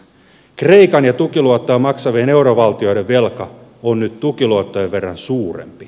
kreikan ja tukiluottoja maksavien eurovaltioiden velka on nyt tukiluottojen verran suurempi